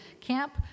camp